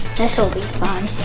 this'll be